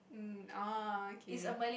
mm ah okay